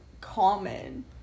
common